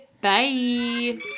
Bye